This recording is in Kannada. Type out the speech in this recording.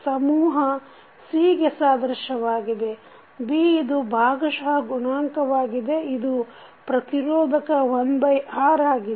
ಸಮೂಹ C ಗೆ ಸಾದೃಶ್ಯವಾಗಿದೆ B ಇದು ಭಾಗಶಃ ಗುಣಾಂಕವಾಗಿದೆ ಇದು ಪ್ರತಿರೋಧಕ 1R ಆಗಿದೆ